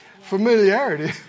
familiarity